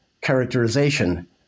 characterization